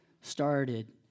started